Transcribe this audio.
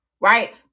right